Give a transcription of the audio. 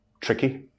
tricky